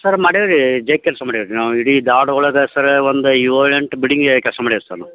sir ಮಾಡೇವಿ ರೀ ಕೆಲಸ ಮಾಡೀವಿ ರೀ ನಾವು ಇಡೀ ಒಳಗೆ ಸರ ಒಂದು ಏಳು ಎಂಟು ಬಿಡಗಿಯಾಗ ಕೆಲಸ ಮಾಡೇವಿ ಸರ್ ನಾವು